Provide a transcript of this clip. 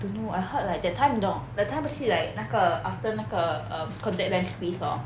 I don't know I heard like that time 你懂不是 like 那个 after 那个 um contact lens quiz lor